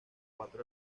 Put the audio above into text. cuatro